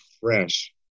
fresh